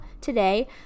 today